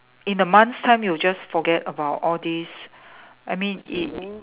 in a month's time you'll just forget about all this I mean it